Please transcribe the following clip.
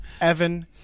Evan